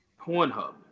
Pornhub